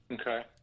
Okay